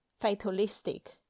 fatalistic